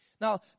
Now